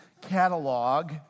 catalog